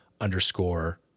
underscore